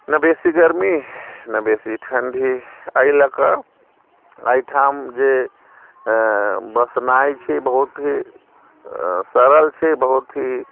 ने बेसी गर्मी ने बेसी ठण्डी एहि लऽ कऽ एहिठाम जे बसनाइ छै बहुत ही सरल छै बहुत ही